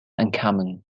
uncommon